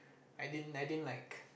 I didn't I didn't like